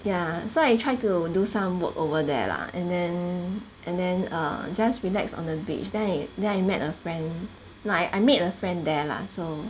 ya so I try to do some work over there lah and then and then err just relax on the beach then it then I met a friend like I made a friend there lah so